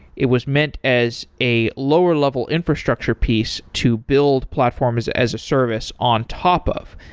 it was meant as a lower level infrastructure piece to build platforms as a service on top of,